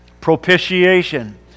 Propitiation